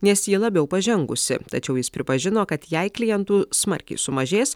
nes ji labiau pažengusi tačiau jis pripažino kad jei klientų smarkiai sumažės